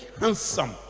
handsome